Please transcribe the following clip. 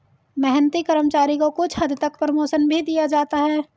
मेहनती कर्मचारी को कुछ हद तक प्रमोशन भी दिया जाता है